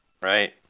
Right